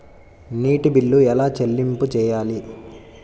నీటి బిల్లు ఎలా చెల్లింపు చేయాలి?